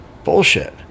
bullshit